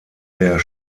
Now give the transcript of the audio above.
der